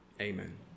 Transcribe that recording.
Amen